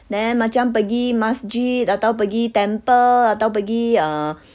then macam pergi masjid atau pergi temple atau pergi err